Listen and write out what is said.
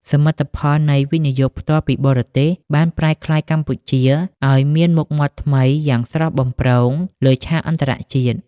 សមិទ្ធផលនៃ វិនិយោគផ្ទាល់ពីបរទេស បានប្រែក្លាយកម្ពុជាឱ្យមានមុខមាត់ថ្មីយ៉ាងស្រស់បំព្រងលើឆាកអន្តរជាតិ។